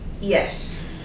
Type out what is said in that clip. Yes